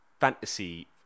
fantasy